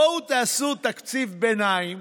בואו תעשו תקציב ביניים